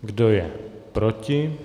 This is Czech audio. Kdo je proti?